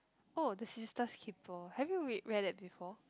oh the sister's keeper have you read read it before